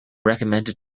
recommended